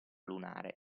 lunare